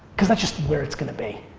cause that's just where it's gonna be.